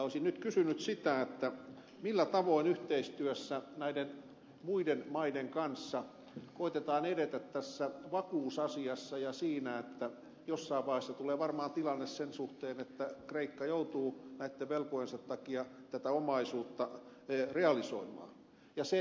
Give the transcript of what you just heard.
olisin nyt kysynyt sitä millä tavoin yhteistyössä näiden muiden maiden kanssa koe tetaan edetä tässä vakuusasiassa ja siinä että jossain vaiheessa tulee varmaan tilanne sen suhteen että kreikka joutuu näitten velkojensa takia tätä omaisuutta realisoimaan